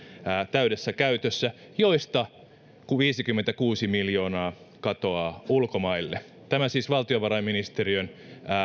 täydessä käytössä joista viisikymmentäkuusi miljoonaa katoaa ulkomaille tämä siis valtiovarainministeriön